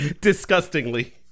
Disgustingly